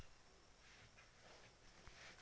सबसे कम लागत वाली फसल कौन सी है?